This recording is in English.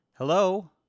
Hello